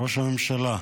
ראש הממשלה,